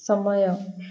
ସମୟ